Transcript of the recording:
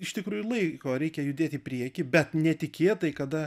iš tikrųjų laiko reikia judėt į priekį bet netikėtai kada